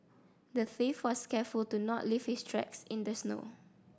the thief was careful to not leave his tracks in the snow